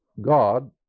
God